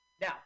Now